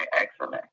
excellent